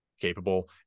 capable